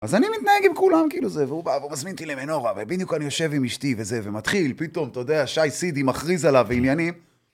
אז אני מתנהג עם כולם כאילו זה, והוא בא, והוא מזמין אותי למנורה, ובדיוק אני יושב עם אשתי וזה, ומתחיל, פתאום, אתה יודע, שי סידי מכריז עליו ועניינים.